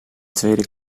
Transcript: tweede